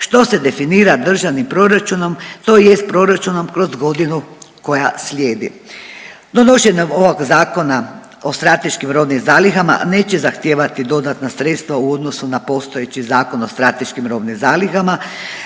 što se definira državnim proračunom, tj. proračunom kroz godinu koja slijedi. Donošenjem ovog Zakona o strateškim robnim zalihama neće zahtijevati dodatna sredstva u odnosu na postojeći Zakon o strateškim robnim zalihama